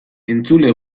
entzule